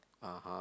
(uh huh)